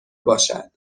باشد